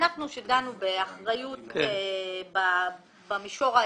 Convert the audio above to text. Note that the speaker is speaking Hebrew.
כאשר דנו באחריות במישור האזרחי,